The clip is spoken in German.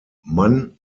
mann